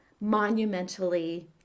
monumentally